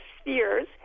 spheres